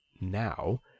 now